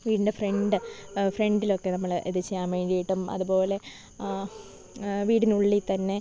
വീടിൻ്റെ ഫ്രണ്ട് ഫ്രണ്ടിലൊക്കെ നമ്മള് ഇത് ചെയ്യാന് വേണ്ടിയിട്ടും അതുപോലെ വീടിനുള്ളിൽ തന്നെ